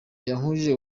yankurije